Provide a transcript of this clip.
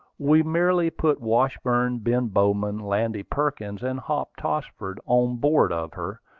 we merely put washburn, ben bowman, landy perkins, and hop tossford on board of her,